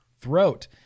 throat